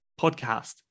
podcast